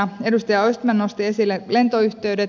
edustaja östman nosti esille lentoyhteydet